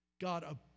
God